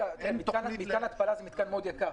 מתקן התפלה הוא מתקן מאוד יקר.